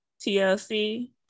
tlc